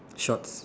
shorts